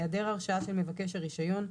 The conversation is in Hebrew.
העדר הרשעה של מבקש הרישיון,